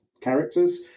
characters